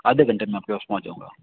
आधे घंटे में आपके पास पहुँच जाऊँगा